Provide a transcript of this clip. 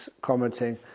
commenting